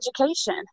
education